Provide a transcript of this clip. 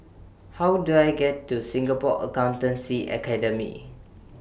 How Do I get to Singapore Accountancy Academy